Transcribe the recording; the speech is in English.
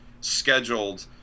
scheduled